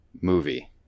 movie